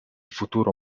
futuro